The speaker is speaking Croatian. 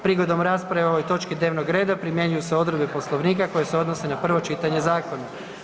Prigodom rasprave o ovoj točki dnevnog reda primjenjuju se odredbe Poslovnika koje se odnose na prvo čitanje zakona.